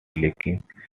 liking